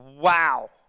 Wow